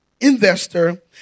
investor